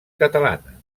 catalana